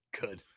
Good